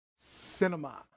Cinema